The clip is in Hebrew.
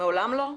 מעולם לא?